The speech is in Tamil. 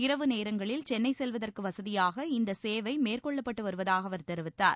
இரவு நேரங்களில் சென்னை செல்வதற்கு வசதியாக இந்த சேவை மேற்கொள்ளப்படம்டு வருவதாக அவர் தெரிவித்தார்